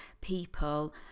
people